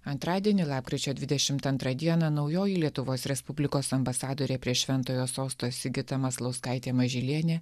antradienį lapkričio dvidešimt antrą dieną naujoji lietuvos respublikos ambasadorė prie šventojo sosto sigita maslauskaitė mažylienė